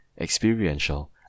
experiential